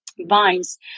Vines